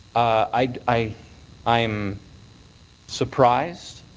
i i am surprised,